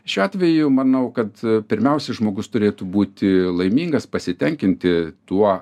šiuo atveju manau kad pirmiausiai žmogus turėtų būti laimingas pasitenkinti tuo